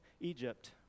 Egypt